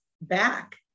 back